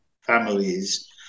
families